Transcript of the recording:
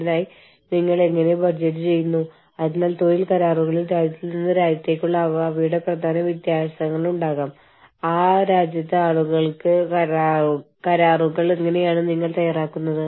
എന്തുവിലകൊടുത്തും ഓർഗനൈസേഷന്റെ ജീവനക്കാർ മറ്റാരെങ്കിലും സൃഷ്ടിച്ച അറിവുകൾ അവർ ഉപയോഗിക്കുന്നവെങ്കിൽ അത് സംരക്ഷിക്കണം അല്ലെങ്കിൽ അർഹമായ ക്രെഡിറ്റ് നൽകണം